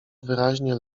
wyraźnie